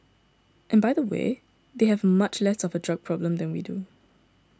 and by the way they have much less of a drug problem than we do